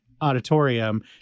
auditorium